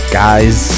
guys